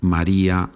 María